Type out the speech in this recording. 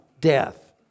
death